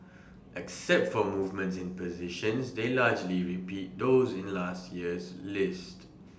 except for movements in positions they largely repeat those in last year's list